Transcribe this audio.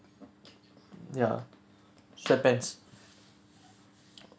ya sweat pants